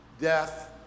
death